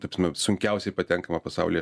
ta prasme sunkiausiai patenkama pasaulyje